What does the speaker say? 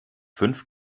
fünf